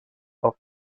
auf